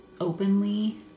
Openly